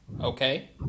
Okay